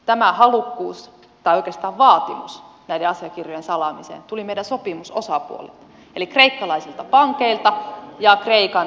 tämä halukkuus näiden asiakirjojen salaamiseen tai oikeastaan vaatimus tuli meidän sopimusosapuolilta eli kreikkalaisilta pankeilta ja kreikan valtiolta